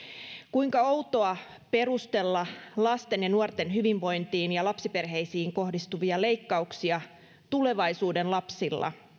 kuinka outoa perustella lasten ja nuorten hyvinvointiin ja lapsiperheisiin kohdistuvia leikkauksia tulevaisuuden lapsilla